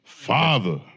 Father